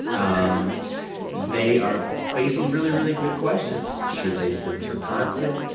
um they are facing really, really big questions. should they censor content?